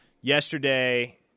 yesterday